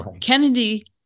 Kennedy